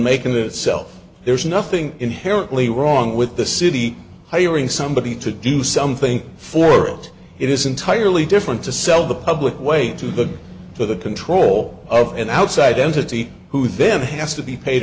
making it self there's nothing inherently wrong with the city hiring somebody to do something for it it is entirely different to sell the public way too good for the control of an outside entity who then has to be paid